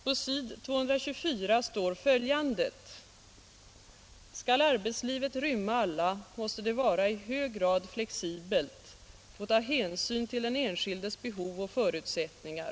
På s. 224 och 225 står bl.a. följande: Nr 47 ”Skall arbetslivet rymma alla måste det vara i hög grad flexibelt och Torsdagen den ta hänsyn till den enskildes behov och förutsättningar.